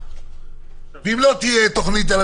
איך תהיה האינטראקציה עם